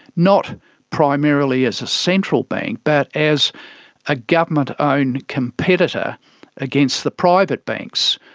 not primarily as a central bank but as a government owned competitor against the private banks.